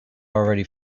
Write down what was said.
already